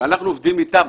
ואנחנו עובדים אתם,